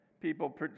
people